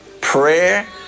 prayer